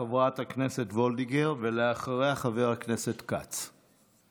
חברת הכנסת וולדיגר, ואחריה, חבר הכנסת כץ.